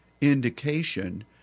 indication